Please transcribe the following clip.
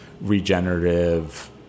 regenerative